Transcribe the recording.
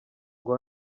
ngo